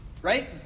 Right